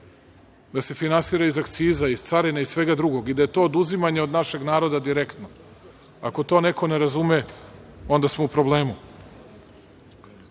da se finansira iz akcija, iz carina i svega drugog, i da je to oduzimanje od našeg naroda direktno. Ako to neko ne razume, onda smo u problemu.